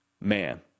man